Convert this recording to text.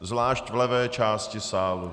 Zvlášť v levé části sálu.